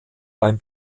beim